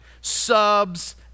subs